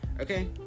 okay